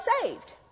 saved